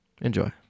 enjoy